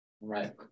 Right